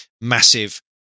massive